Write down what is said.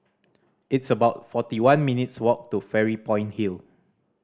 it's about forty one minutes' walk to Fairy Point Hill